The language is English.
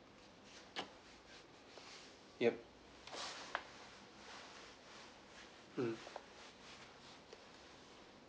yup mm